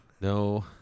no